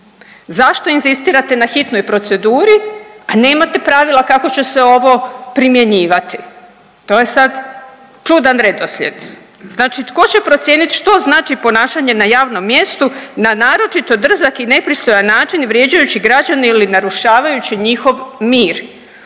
Zašto inzistirate na hitnoj proceduri, a nemate pravila kako će se ovo primjenjivati. To je sad čudan redoslijed. Znači tko će procijeniti što znači ponašanje na javnom mjestu na naročito drzak i nepristojan način vrijeđajući građane ili narušavajući njihov mir.